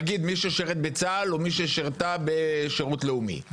נגיד מי ששירת בצה"ל או מי ששירתה בשירות לאומי.